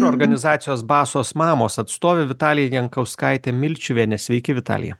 organizacijos basos mamos atstovė vitalija jankauskaitė milčiuvienė sveiki vitalija